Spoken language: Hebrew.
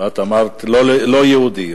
ואת אמרת: לא יהודי.